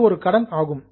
இது ஒரு கடன் ஆகும்